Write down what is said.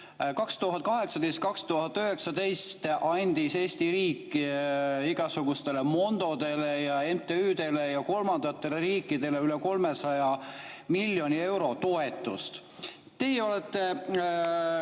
2018 ja 2019 andis Eesti riik igasugustele Mondodele ja MTÜ‑dele ja kolmandatele riikidele üle 300 miljoni euro toetust. Teie olete